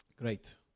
Great